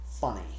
funny